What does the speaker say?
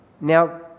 Now